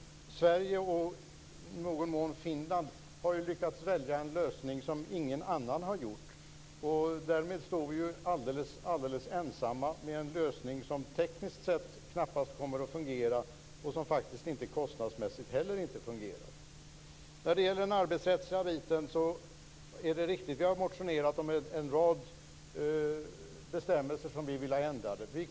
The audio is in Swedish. Sverige, och i någon mån Finland, har lyckats välja en lösning som ingen annan har gjort. Därmed står vi alldeles ensamma med en lösning som tekniskt knappast kommer att fungera och inte heller kostnadsmässigt. Sedan är det den arbetsrättsliga frågan. Vi har väckt motioner om en rad bestämmelser som vi önskar ändra.